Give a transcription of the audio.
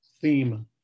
theme